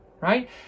right